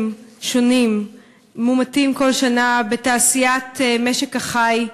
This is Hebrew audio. שונים מומתים כל שנה בתעשיית משק החי,